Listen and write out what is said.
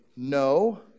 No